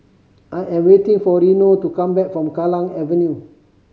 I am waiting for Reino to come back from Kallang Avenue